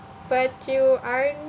but you aren't